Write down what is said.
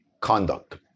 conduct